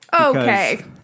Okay